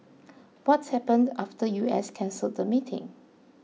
what happened after U S cancelled the meeting